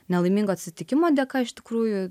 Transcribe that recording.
nelaimingo atsitikimo dėka iš tikrųjų